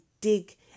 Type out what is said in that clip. dig